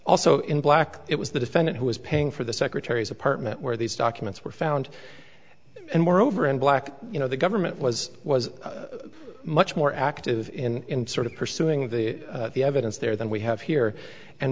also in black it was the defendant who was paying for the secretary's apartment where these documents were found and moreover in black you know the government was was much more active in sort of pursuing the evidence there than we have here and